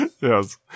Yes